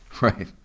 Right